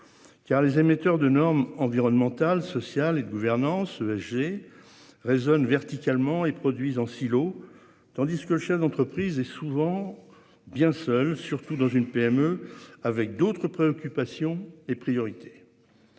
A les émetteurs de normes environnementales, sociales et de gouvernance ESG résonne verticalement et produisant silos tandis que le chef d'entreprise et souvent bien seul, surtout dans une PME avec d'autres préoccupations et priorités.